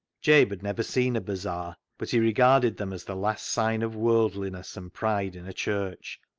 jabe had never seen a bazaar, but he re garded them as the last sign of worldliness and pride in a church,